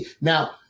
Now